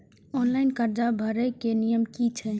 Online कर्जा भरे के नियम की छे?